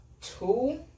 two